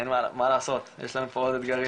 אין מה לעשות, יש לנו עוד אתגרים.